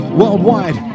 worldwide